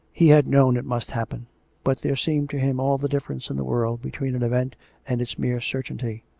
he had known it must happen but there seemed to him all the difference in the world between an event and its mere certainty.